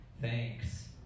thanks